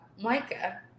Micah